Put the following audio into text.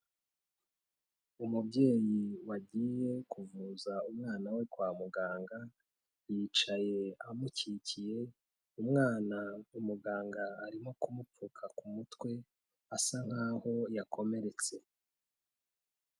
Umubyeyi wagiye kuvuza umwana we kwa muganga, yicaye amukikiye, umwana umuganga arimo kumupfuka ku mutwe asa nk'aho yakomeretse.